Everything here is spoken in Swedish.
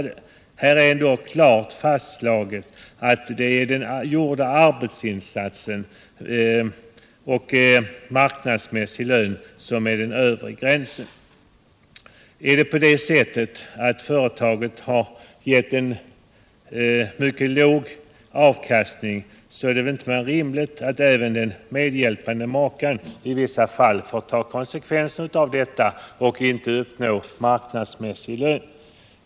Det är ju ändå klart fastslaget att den utförda arbetsinsatsen och den marknadsmässiga lönen skall vara den övre gränsen. Om företaget ett år har givit mycket låg avkastning är det väl inte mer än rimligt att också den medhjälpande maken får ta konsekvenserna och alltså inte får ut marknadsmässig lön.